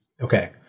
Okay